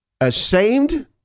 ashamed